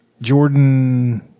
Jordan